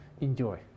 enjoy